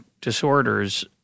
disorders